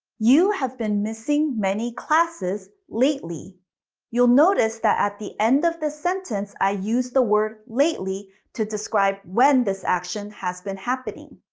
you have been missing many classes lately you'll notice that at the end of the sentence i use the word lately to describe when this action has been happening.